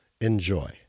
Enjoy